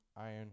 Iron